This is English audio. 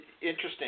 interesting